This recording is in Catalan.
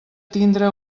tindre